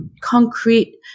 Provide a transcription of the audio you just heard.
concrete